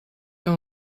kan